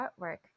artwork